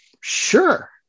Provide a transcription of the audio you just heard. sure